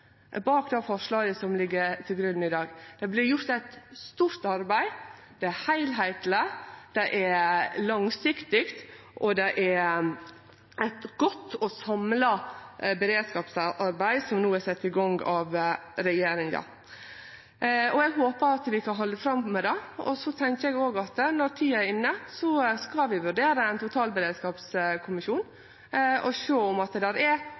bak det representantforslaget som ligg til grunn i dag. Det vert gjort eit stort arbeid. Det er heilskapleg. Det er langsiktig. Det er eit godt og samla beredskapsarbeid som no er sett i gong av regjeringa. Eg håpar at vi kan halde fram med det, og så tenkjer eg at når tida er inne, skal vi vurdere ein totalberedskapskommisjon og sjå på om det er